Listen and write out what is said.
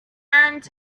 and